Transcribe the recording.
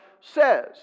says